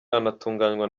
anatunganywa